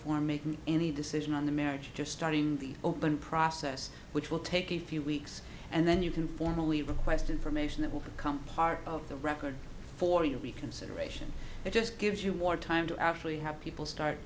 form making any decision on the marriage just starting the open process which will take a few weeks and then you can formally request information that will become part of the record for you reconsideration it just gives you more time to actually have people start